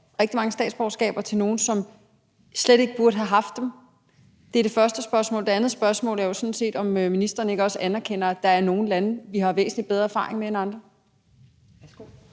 rigtig mange statsborgerskaber til nogle, som slet ikke burde have haft dem. Det er det første spørgsmål Det andet spørgsmål er sådan set, om ministeren ikke også anerkender, at der er nogle lande, vi har væsentlig bedre erfaring med end andre. Kl.